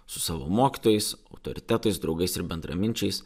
su savo mokytojais autoritetais draugais ir bendraminčiais